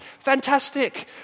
Fantastic